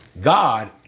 God